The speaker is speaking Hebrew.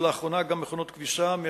ולאחרונה גם מכונות כביסה,